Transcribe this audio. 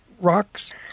rocks